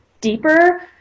deeper